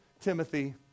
timothy